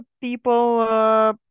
people